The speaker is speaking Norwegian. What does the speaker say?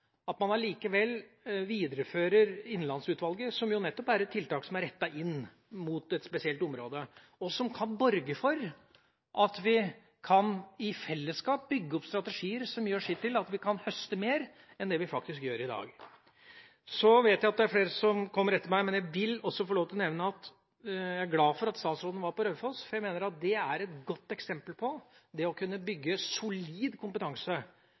at man allikevel viderefører Innlandsutvalget, som jo nettopp er et tiltak rettet inn mot et spesielt område, og som kan borge for at vi i fellesskap kan bygge opp strategier som gjør sitt til at vi kan høste mer enn vi faktisk gjør i dag. Jeg vet at det er flere som kommer etter meg, men jeg vil også få nevne at jeg er glad for at statsråden var på Raufoss, for jeg mener at det er et godt eksempel på det å bygge solid kompetanse